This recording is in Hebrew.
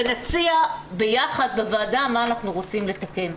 ונציע ביחד בוועדה מה אנחנו רוצים לתקן,